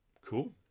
cool